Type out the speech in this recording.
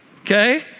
okay